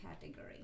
category